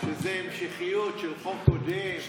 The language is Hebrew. שזה המשכיות של חוק קודם.